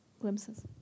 glimpses